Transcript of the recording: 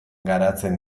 garatzen